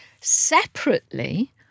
Separately